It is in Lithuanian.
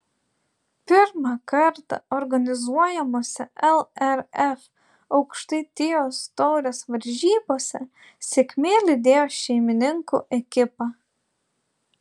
pirmą kartą organizuojamose lrf aukštaitijos taurės varžybose sėkmė lydėjo šeimininkų ekipą